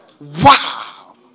Wow